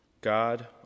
God